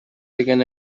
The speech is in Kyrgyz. деген